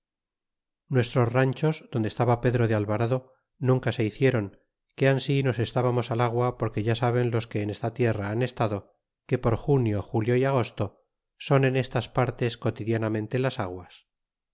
nuestros ranchos donde estaba pedro de alvarado nunca se hicieron que ansi nos estábamos al agua porque ya saben los que en esta tierra han estado que por junio julio y agosto son en estas partes cotidianamente las aguas